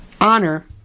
honor